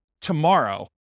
tomorrow